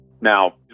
Now